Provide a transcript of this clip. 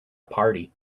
party